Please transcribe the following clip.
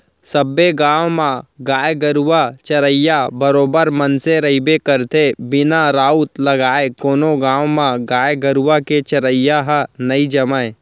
सबे गाँव म गाय गरुवा चरइया बरोबर मनसे रहिबे करथे बिना राउत लगाय कोनो गाँव म गाय गरुवा के चरई ह नई जमय